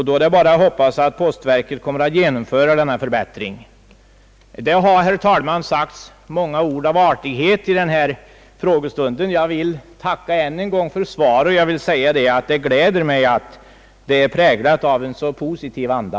Då är det bara att hoppas att postverket kommer att genomföra denna förbättring. Det har, herr talman, sagts många ord av artighet i denna frågestund. Jag vill tacka än en gång för svaret, och jag vill säga att det gläder mig att det präglas av en så positiv anda.